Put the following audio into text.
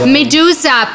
Medusa